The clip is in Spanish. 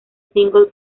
single